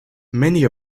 many